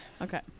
Okay